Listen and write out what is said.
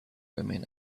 women